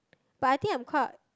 but I think I'm quite